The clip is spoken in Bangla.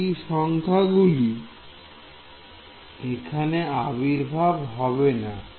বাকি সংখ্যাগুলি এখানে আবির্ভাব হবে না